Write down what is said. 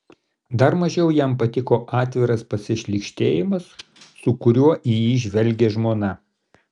dar mažiau jam patiko atviras pasišlykštėjimas su kuriuo į jį žvelgė žmona